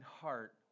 heart